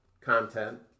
content